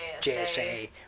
JSA